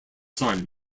son